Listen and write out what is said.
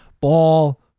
Ball